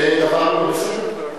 זה דבר לא טוב.